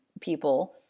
people